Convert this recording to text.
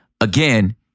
Again